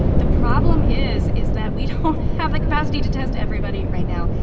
the problem is is that we don't have the capacity to test everybody right now.